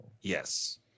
Yes